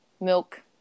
milk